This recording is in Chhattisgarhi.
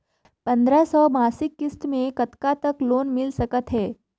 पंद्रह सौ मासिक किस्त मे कतका तक लोन मिल सकत हे?